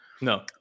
No